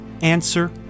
answer